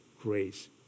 grace